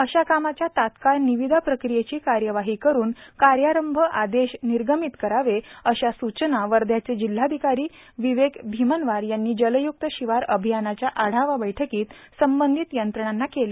अशा कामाच्या तात्काळ निविदा प्रक्रियेची कार्यवाही करुन कार्यारंभ आदेश निर्गमित करावे अशा सूचना वध्याचे जिल्हाधिकारी विवेक भिमनवार यांनी जलयूक्त शिवार अभियानच्या आढावा बैठकीत संबधित यंत्रणाना केल्या